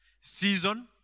season